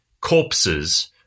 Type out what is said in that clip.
corpses